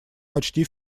почти